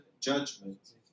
judgment